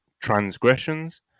transgressions